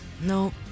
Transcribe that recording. no